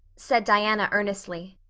said diana earnestly,